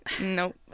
Nope